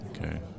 Okay